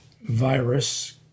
virus